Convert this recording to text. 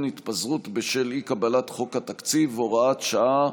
התפזרות בשל אי-קבלת חוק התקציב) (הוראת שעה).